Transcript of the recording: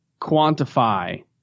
quantify